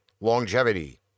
longevity